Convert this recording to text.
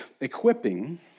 equipping